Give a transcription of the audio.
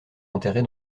enterrés